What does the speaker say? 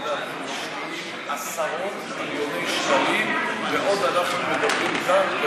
משקיעים עשרות מיליוני שקלים בכפרים בעוד אנחנו מדברים כאן,